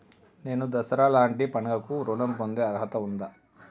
నేను దసరా లాంటి పండుగ కు ఋణం పొందే అర్హత ఉందా?